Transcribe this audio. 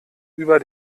über